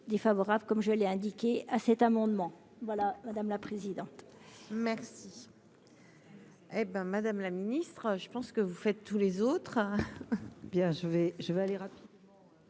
comme je l'ai indiqué à cet amendement, voilà madame la présidente. Merci. Hé ben, Madame la Ministre, je pense que vous faites tous les autres,